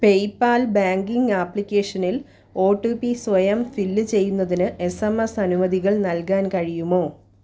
PayPal banking ആപ്ലിക്കേഷനിൽ O T P സ്വയം fill ചെയ്യുന്നതിന് എസ് എം എസ് അനുമതികൾ നൽകാൻ കഴിയുമോ